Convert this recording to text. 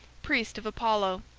priest of apollo,